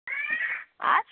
ꯑꯁ